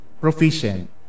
Proficient